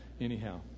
anyhow